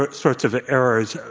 but sorts of errors.